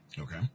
Okay